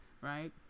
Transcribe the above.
right